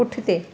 पुठिते